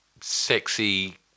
sexy